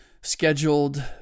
scheduled